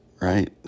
right